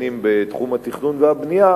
אם בתחום התכנון והבנייה,